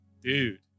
Dude